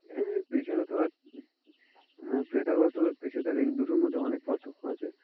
হ্যাঁ পেশাগত আর প্রথাগত আর পেশাদার এই দুটোর মধ্যে অনেক পার্থক্য আছে